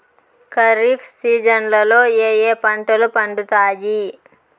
ఖరీఫ్ సీజన్లలో ఏ ఏ పంటలు పండుతాయి